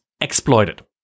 exploited